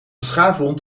schaafwond